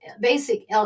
basic